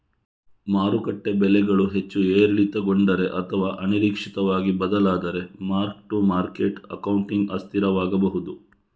ಮಾರುಕಟ್ಟೆ ಬೆಲೆಗಳು ಹೆಚ್ಚು ಏರಿಳಿತಗೊಂಡರೆ ಅಥವಾ ಅನಿರೀಕ್ಷಿತವಾಗಿ ಬದಲಾದರೆ ಮಾರ್ಕ್ ಟು ಮಾರ್ಕೆಟ್ ಅಕೌಂಟಿಂಗ್ ಅಸ್ಥಿರವಾಗಬಹುದು